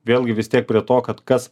vėlgi vis tiek prie to kad kas